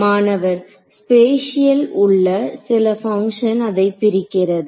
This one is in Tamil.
மாணவர் ஸ்பேசில் உள்ள சில பங்க்ஷன் அதை பிரிக்கிறது